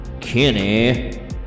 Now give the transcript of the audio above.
Kenny